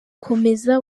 komeza